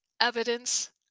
evidence